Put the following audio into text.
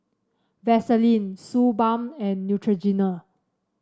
Vaselin Suu Balm and Neutrogena